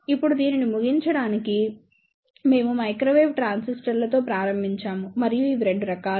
ఇప్పుడు దీనిని ముగించడానికి మేము మైక్రోవేవ్ ట్రాన్సిస్టర్లతో ప్రారంభించాము మరియు ఇవి 2 రకాలు